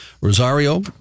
Rosario